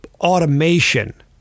automation